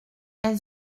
elle